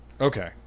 Okay